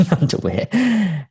underwear